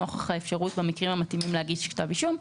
נוכח האפשרות במקרים המתאימים להגיש כתב אישום,